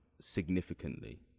significantly